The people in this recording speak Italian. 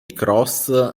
cross